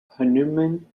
hanuman